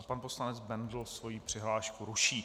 Pan poslanec Bendl svoji přihlášku ruší.